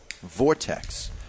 Vortex